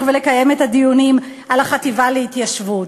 לקיים את הדיון על החטיבה להתיישבות.